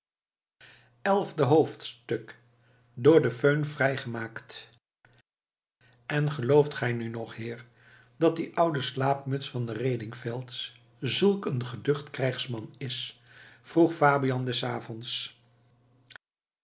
elfde hoofdstuk door de föhn vrij gemaakt en gelooft gij nu nog heer dat die oude slaapmuts van den redingfelz zulk een geducht krijgsman is vroeg fabian des avonds